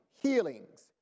healings